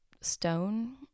stone